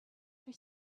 for